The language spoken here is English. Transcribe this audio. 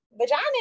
vagina